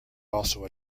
also